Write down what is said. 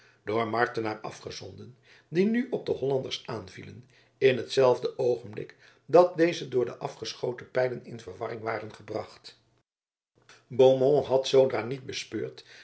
door martena afgezonden die nu op de hollanders aanvielen in hetzelfde oogenblik dat deze door de afgeschoten pijlen in verwarring waren gebracht beaumont had zoodra niet bespeurd